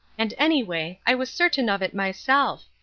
and anyway, i was certain of it myself.